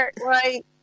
right